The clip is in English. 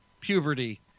puberty